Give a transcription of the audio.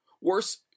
Worse